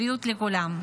בריאות לכולם.